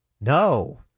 No